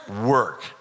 work